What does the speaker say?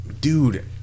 dude